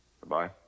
Goodbye